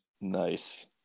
nice